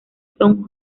sound